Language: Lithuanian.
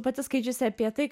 pati skaičiusi apie tai